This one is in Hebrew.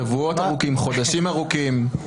שבועות ארוכים, חודשים ארוכים.